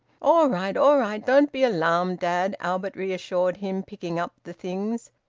all right! all right! don't be alarmed, dad! albert reassured him, picking up the things.